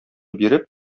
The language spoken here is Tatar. биреп